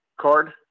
card